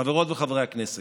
חברות וחברי הכנסת,